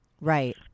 Right